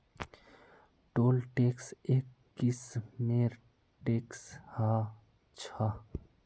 toll tax एक किस्मेर tax ह छः